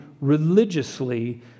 religiously